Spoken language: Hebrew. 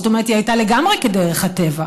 זאת אומרת היא הייתה לגמרי כדרך הטבע,